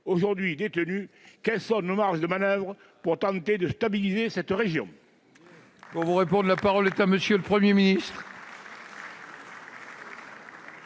aujourd'hui détenus ? Quelles sont nos marges de manoeuvre pour tenter de stabiliser cette région ?